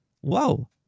whoa